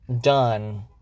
done